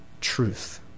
truth